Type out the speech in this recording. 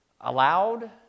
allowed